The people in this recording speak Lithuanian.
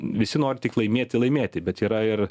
visi nori tik laimėti laimėti bet yra ir